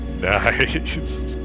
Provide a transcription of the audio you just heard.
Nice